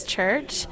Church